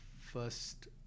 first